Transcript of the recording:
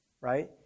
right